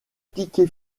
ticket